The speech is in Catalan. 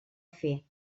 fer